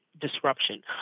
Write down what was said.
Disruption